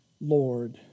Lord